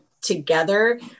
together